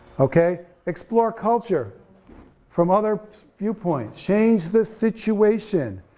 okay explore culture from others' viewpoints, change the situation,